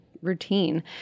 routine